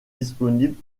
disponible